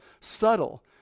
subtle